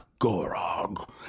Gorog